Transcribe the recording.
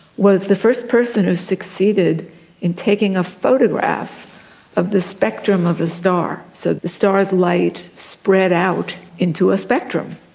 was the first person who succeeded in taking a photograph of the spectrum of a star, so the star's light spread out into a spectrum,